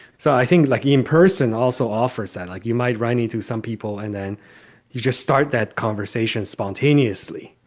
so i think like in person also offers that, like you might run into some people and then you just start that conversation spontaneously,